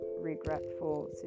regretful